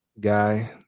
guy